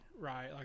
Right